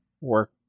work